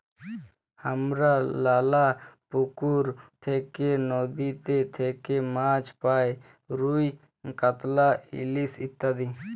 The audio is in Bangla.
হামরা লালা পুকুর থেক্যে, লদীতে থেক্যে মাছ পাই রুই, কাতলা, ইলিশ ইত্যাদি